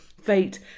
fate